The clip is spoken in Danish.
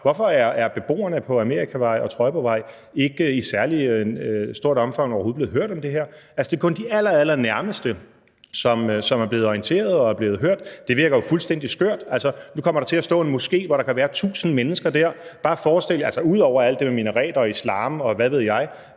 hvorfor beboerne på Amerikavej og Trøjborgvej ikke i særlig stort omfang overhovedet er blevet hørt om det her. Det er kun de allerallernærmeste, som er blevet orienteret og er blevet hørt, og det virker jo fuldstændig skørt. Nu kommer der til at stå en moské, hvor der kan være tusind mennesker, bare forestil jer ud over alt det med minareter og islam, og hvad ved jeg,